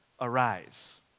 arise